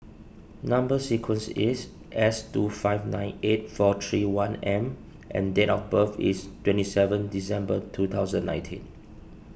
Number Sequence is S two five nine eight four three one M and date of birth is twenty seven December two thousand nineteen